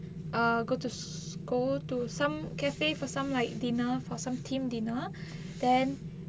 err go to school to some cafe for some like dinner for some team dinner then